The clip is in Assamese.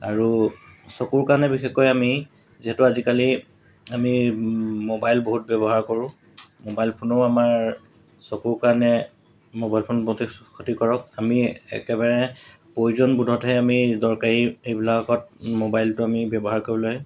আৰু চকুৰ কাৰণে বিশেষকৈ আমি যিহেতু আজিকালি আমি মোবাইল বহুত ব্যৱহাৰ কৰোঁ মোবাইল ফোনেও আমাৰ চকুৰ কাৰণে মোবাইল ফোন বহুতেই ক্ষতিকৰক আমি একেবাৰে প্ৰয়োজন বোধতহে আমি দৰকাৰী এইবিলাকত মোবাইলটো আমি ব্যৱহাৰ কৰিব লাগে